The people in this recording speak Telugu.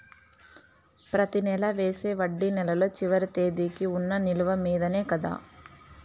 ప్రతి నెల వేసే వడ్డీ నెలలో చివరి తేదీకి వున్న నిలువ మీదనే కదా?